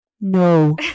No